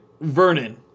Vernon